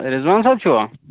رضوان صٲب چھُوا